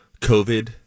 COVID